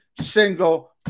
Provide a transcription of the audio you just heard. single